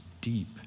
deep